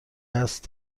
است